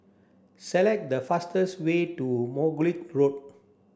select the fastest way to Margoliouth Road